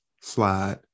slide